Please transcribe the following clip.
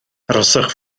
arhoswch